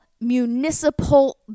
municipal